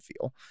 feel